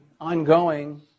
ongoing